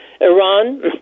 Iran